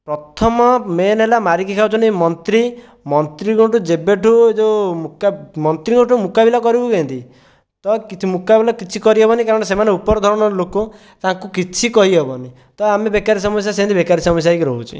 ପ୍ରଥମ ମେନ୍ ହେଲା ମାରିକି ଖାଉଛନ୍ତି ଏ ମନ୍ତ୍ରୀ ମନ୍ତ୍ରୀଙ୍କଠୁ ଯେବେଠୁ ଏ ଯେଉଁ ମନ୍ତ୍ରୀଙ୍କଠୁ ମୁକାବିଲା କରିବୁ କେମିତି ତ କିଛି ମୁକାବିଲା କିଛି କରିହେବନି କାରଣ ସେମାନେ ଉପର ଧରଣର ଲୋକ ତାଙ୍କୁ କିଛି କହିହେବନି ତ ଆମେ ବେକାରୀ ସମସ୍ୟା ସେମିତି ବେକାରୀ ସମସ୍ୟା ହୋଇକି ରହୁଛି